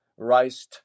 riced